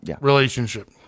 relationship